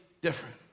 different